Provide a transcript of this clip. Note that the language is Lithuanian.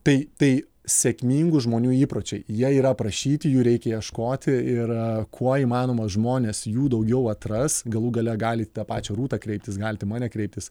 tai tai sėkmingų žmonių įpročiai jie yra aprašyti jų reikia ieškoti ir kuo įmanoma žmonės jų daugiau atras galų gale gali į tą pačią rūtą kreiptis galit į mane kreiptis